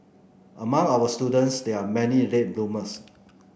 among our students there are many late bloomers